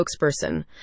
spokesperson